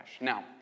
Now